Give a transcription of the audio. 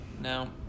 no